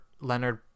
Leonard